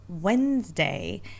Wednesday